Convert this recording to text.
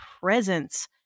presence